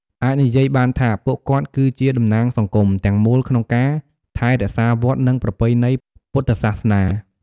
អាចនិយាយបានថា ពួកគាត់គឺជា តំណាងសង្គម ទាំងមូលក្នុងការ ថែរក្សាវត្ត និងប្រពៃណីពុទ្ធសាសនា។